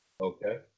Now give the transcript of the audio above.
Okay